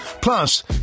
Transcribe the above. Plus